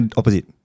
opposite